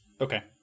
Okay